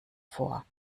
vor